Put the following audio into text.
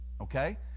Okay